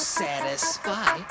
satisfy